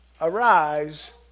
arise